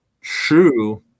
true